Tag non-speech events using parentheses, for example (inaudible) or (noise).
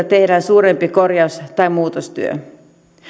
(unintelligible) tehdään suurempi korjaus tai muutostyö